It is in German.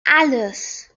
alles